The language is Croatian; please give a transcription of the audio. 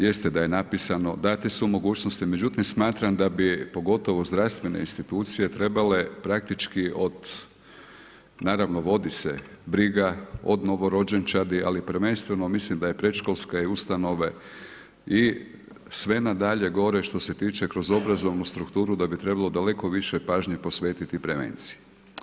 Jeste da je napisano, dane su mogućnost, međutim smatram da bi pogotovo zdravstvene institucije trebale praktički od naravno vodi se briga od novorođenčadi, ali prvenstveno mislim da i predškolske ustanove i sve na dalje gore što se tiče kroz obrazovnu strukturu da bi trebalo daleko više pažnje posvetiti prevenciji.